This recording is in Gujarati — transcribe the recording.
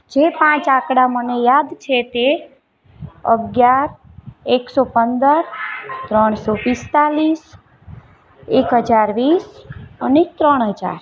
જે પાંચ આંકડા મને યાદ છે તે અગિયાર એકસો પંદર ત્રણસો પિસ્તાળીસ એક હજાર વીસ અને ત્રણ હજાર